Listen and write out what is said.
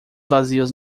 vazios